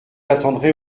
attendrai